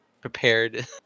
prepared